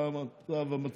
פעם התו המצחיק.